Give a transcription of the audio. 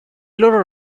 loro